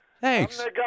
Thanks